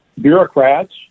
bureaucrats